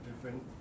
different